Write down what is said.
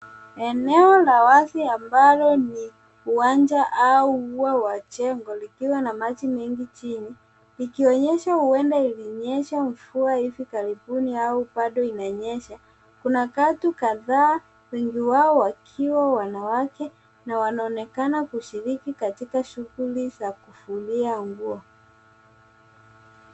Eneo la wazi ambalo ni uwanja au ua la jengo likiwa na maji mengio chini likionyesha huenda ilinyesha mvua hivi karibuni au bado inanyesha. Kuna watu kadhaa wengi wao wakiwa wanawake na wanaonekana kushiriki katika shuguli za kufulia nguo.